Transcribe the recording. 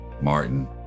Martin